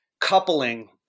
coupling